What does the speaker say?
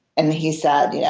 and he said, yeah